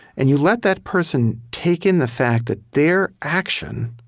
and you let that person take in the fact that their action